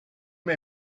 may